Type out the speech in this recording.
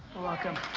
welcome.